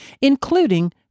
including